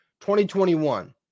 2021